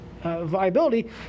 Viability